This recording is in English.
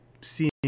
seeing